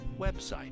website